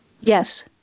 Yes